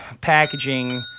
packaging